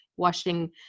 washing